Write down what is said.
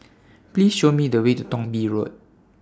Please Show Me The Way to Thong Bee Road